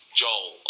joel